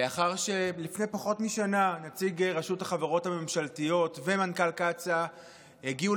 לאחר שלפני פחות משנה נציג רשות החברות הממשלתיות ומנכ"ל קצא"א הגיעו